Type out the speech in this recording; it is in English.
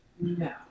No